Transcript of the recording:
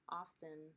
often